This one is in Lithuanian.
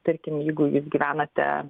tarkime jeigu jūs gyvenate